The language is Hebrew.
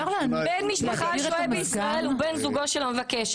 בן משפחה השוהה בישראל ובן זוגו של המבקש,